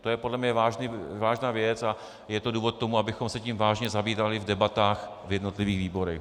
To je podle mě vážná věc a je to důvod k tomu, abychom se tím vážně zabývali v debatách v jednotlivých výborech.